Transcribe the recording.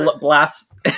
blast